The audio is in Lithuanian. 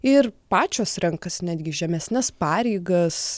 ir pačios renkasi netgi žemesnes pareigas